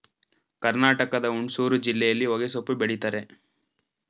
ಕರ್ನಾಟಕದ ಹುಣಸೂರು ಜಿಲ್ಲೆಯಲ್ಲಿ ಹೊಗೆಸೊಪ್ಪು ಬೆಳಿತರೆ